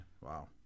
Wow